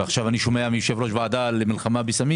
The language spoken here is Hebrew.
ועכשיו אני שומע מיושב-ראש הוועדה למלחמה בסמים